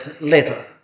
later